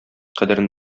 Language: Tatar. кадерен